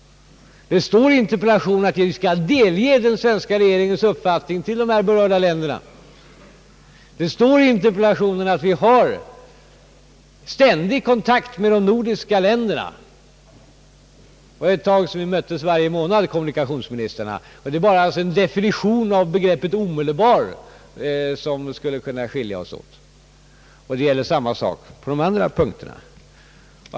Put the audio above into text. Det står i interpellationssvaret att vi skall delge den svenska regeringens uppfattning till de berörda länderna och att vi har ständig kontakt med de nordiska länderna — en tid möttes kommunikationsministrarna varje månad. Endast en definition på begreppet omedelbart skulle kunna skilja oss åt. Detsamma gäller om de övriga punkterna.